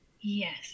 Yes